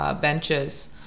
benches